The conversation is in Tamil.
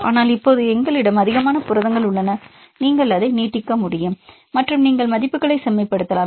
ஆனால் இப்போது எங்களிடம் அதிகமான புரதங்கள் உள்ளன நீங்கள் அதை நீட்டிக்க முடியும் மற்றும் நீங்கள் மதிப்புகளை செம்மைப்படுத்தலாம்